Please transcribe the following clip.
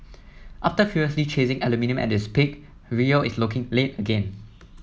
after previously chasing aluminium at its peak Rio is looking late again